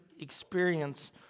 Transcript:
experience